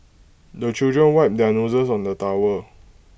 the children wipe their noses on the towel